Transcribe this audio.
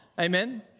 Amen